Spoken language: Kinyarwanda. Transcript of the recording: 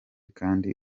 kandi